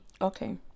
Okay